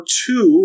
two